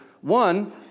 one